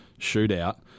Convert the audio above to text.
shootout